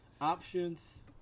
options